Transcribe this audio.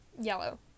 yellow